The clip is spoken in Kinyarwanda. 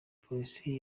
polisi